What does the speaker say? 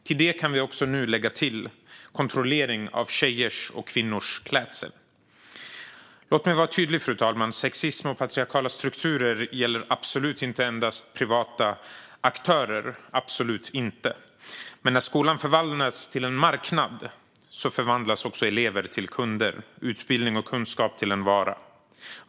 Till det kan vi nu lägga till kontroll av tjejers och kvinnors klädsel. Låt mig vara tydlig, fru talman! Sexism och patriarkala strukturer gäller absolut inte bara privata aktörer. Men när skolan förvandlas till en marknad förvandlas också elever till kunder och utbildning och kunskap till en vara.